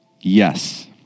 Yes